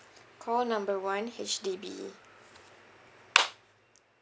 call number one H_D_B